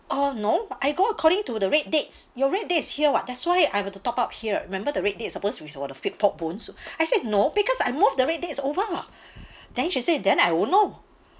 uh no I go according to the red dates your red dates is here [what] that's why I were to top up here remember the red dates supposed to be for the pork bone soup I said no because I moved the red dates over then she say then I won't know